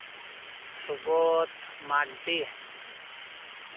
Subodh Marndi